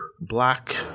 black